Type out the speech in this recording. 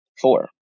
Four